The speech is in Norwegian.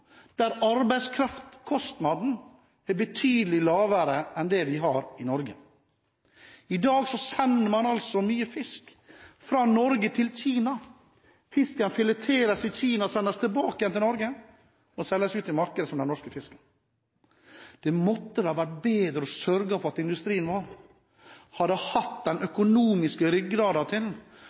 der arbeidskraftkostnaden er betydelig lavere enn det vi har i Norge. I dag sender man mye fisk fra Norge til Kina. Fisken fileteres i Kina, sendes tilbake til Norge og selges ut til markedet som norsk fisk. Det måtte da ha vært bedre å sørge for at industrien vår hadde hatt den økonomiske ryggraden til